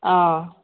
ꯑꯥꯎ